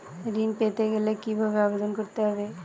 ঋণ পেতে গেলে কিভাবে আবেদন করতে হবে?